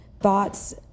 thoughts